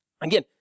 Again